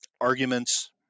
arguments